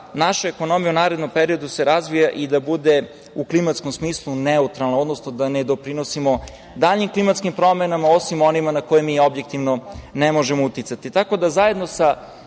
naša ekonomija u narednom periodu razvija i da bude u klimatskom smislu neutralna, odnosno da ne doprinosimo daljim klimatskim promenama, osim onima na koje mi objektivno ne možemo uticati. Tako da, zajedno sa